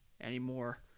anymore